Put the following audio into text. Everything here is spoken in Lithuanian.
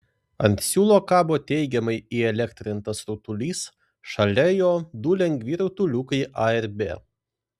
ant siūlo kabo teigiamai įelektrintas rutulys šalia jo du lengvi rutuliukai a ir b